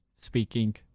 speaking